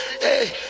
Hey